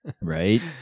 Right